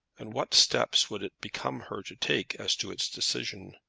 and what steps would it become her to take as to its decision?